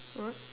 what